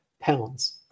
pounds